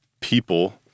people—